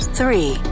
three